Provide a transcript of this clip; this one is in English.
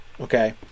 Okay